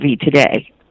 today